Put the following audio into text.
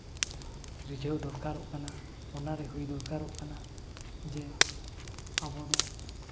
ᱨᱤᱡᱷᱟᱹᱣ ᱫᱚᱨᱠᱟᱨᱚᱜ ᱠᱟᱱᱟ ᱚᱱᱟᱨᱮ ᱦᱩᱭ ᱫᱚᱨᱠᱟᱨᱚᱜ ᱠᱟᱱᱟ ᱡᱮ ᱟᱵᱚ ᱫᱚ